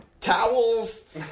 towels